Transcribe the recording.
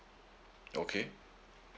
okay